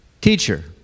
Teacher